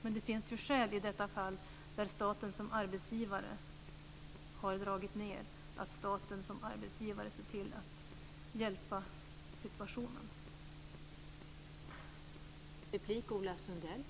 Men när som i detta fall staten som arbetsgivare har dragit ned finns det skäl att staten som arbetsgivare gör någonting åt situationen.